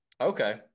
Okay